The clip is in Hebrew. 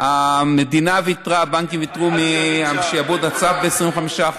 המדינה ויתרה, על שיעבוד הצו ב-25%.